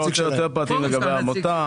מי שרוצה יותר פרטים לגבי העמותה,